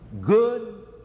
good